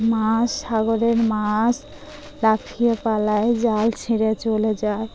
মাছ সাগরের মাছ লাফিয়ে পালায় জাল ছিঁড়ে চলে যায়